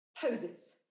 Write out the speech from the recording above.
poses